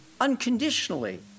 unconditionally